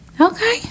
Okay